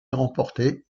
remportée